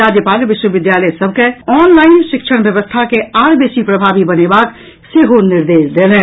राज्यपाल विश्वविद्यालय सभ के ऑनलाइन शिक्षण व्यवस्था के आओर बेसी प्रभावी बनेबाक सेहो निर्देश देलनि